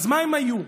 אז מה הם היו?